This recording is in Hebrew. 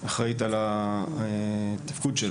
אחראית על התפקוד שלו.